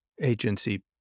agency